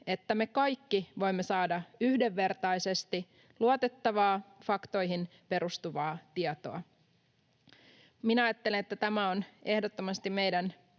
että me kaikki voimme saada yhdenvertaisesti luotettavaa, faktoihin perustuvaa tietoa. Minä ajattelen, että tämä on ehdottomasti meidän